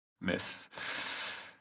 Miss